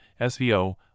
SVO